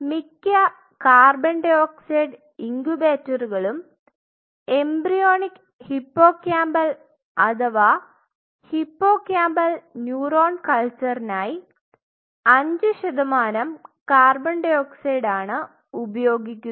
മിക്ക co2 ഇൻക്യൂബേറ്ററുകളും embryonic hippocampal അഥവാ ഹിപ്പോകാമ്പൽ ന്യൂറോൺ കൽച്ചറിനായി 5 ശതമാനം co2 ആണ് ഉപയോഗിക്കുന്നത്